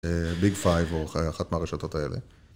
ביג פייב או אחת מהרשתות האלה